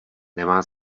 nemá